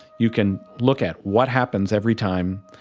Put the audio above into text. you can look at what happens every time,